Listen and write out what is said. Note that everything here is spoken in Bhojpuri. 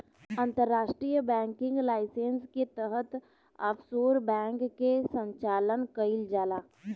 अंतर्राष्ट्रीय बैंकिंग लाइसेंस के तहत ऑफशोर बैंक के संचालन कईल जाला